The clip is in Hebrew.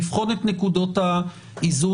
לבחון את נקודות האיזון.